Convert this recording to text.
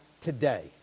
today